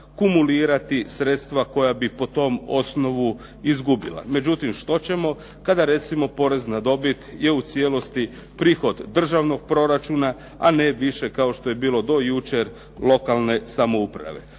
kumulirati sredstva koja bi po tom osnovu izgubila. Međutim, što ćemo kada recimo porez na dobit je u cijelosti prihod državnog proračuna a ne više kao što je bilo do jučer lokalne samouprave.